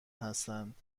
هستند